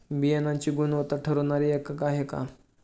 बियाणांची गुणवत्ता ठरवणारे एकक आहे का?